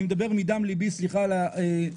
אני מדבר מדם ליבי, סליחה על הסערה,